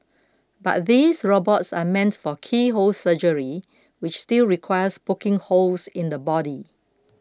but these robots are meant for keyhole surgery which still requires poking holes in the body